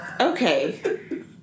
Okay